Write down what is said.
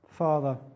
Father